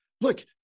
look